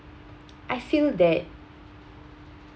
I feel that